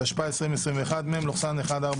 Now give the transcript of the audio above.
התשפ"א 2021 (מ/1400),